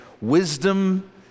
wisdom